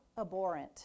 abhorrent